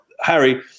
Harry